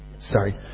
Sorry